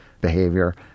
behavior